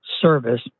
service